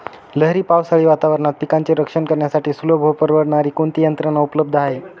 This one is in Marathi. लहरी पावसाळी वातावरणात पिकांचे रक्षण करण्यासाठी सुलभ व परवडणारी कोणती यंत्रणा उपलब्ध आहे?